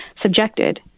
subjected